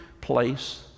place